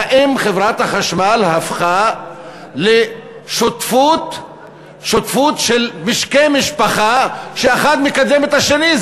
האם חברת החשמל הפכה לשותפות של משקי משפחה שהאחד מקדם את השני?